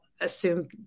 assume